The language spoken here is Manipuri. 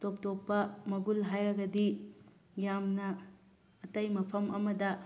ꯇꯣꯞ ꯇꯣꯞꯄ ꯃꯒꯨꯟ ꯍꯥꯏꯔꯒꯗꯤ ꯌꯥꯝꯅ ꯑꯇꯩ ꯃꯐꯝ ꯑꯃꯗ